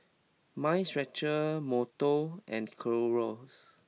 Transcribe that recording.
Mind Stretcher Monto and Clorox